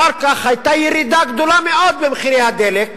אחר כך היתה ירידה גדולה מאוד במחירי הדלק,